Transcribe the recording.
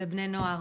בבני נוער